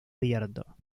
abierto